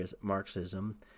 Marxism